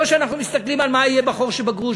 לא כמי שמסתכלים על מה יהיה בחור של הגרוש